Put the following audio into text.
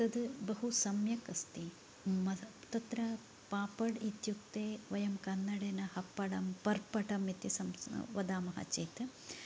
तत् बहु सम्यक् अस्ति म तत्र पाप्पड़ इत्युक्ते वयं कन्नडेन हप्पडं पर्पटम् इति सम् वदामः चेत्